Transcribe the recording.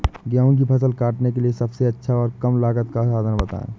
गेहूँ की फसल काटने के लिए सबसे अच्छा और कम लागत का साधन बताएं?